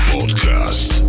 Podcast